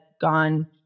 gone